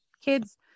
kids